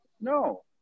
no